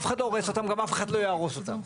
אף אחד לא הורס אותם גם אף אחד לא יהרוס אותם.